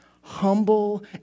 Humble